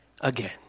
again